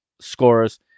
scorers